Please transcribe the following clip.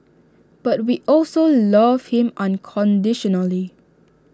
but we also love him unconditionally